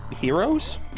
heroes